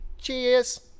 Cheers